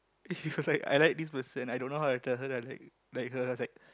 he was like I like this person I don't know how to tell her that I like like her I was like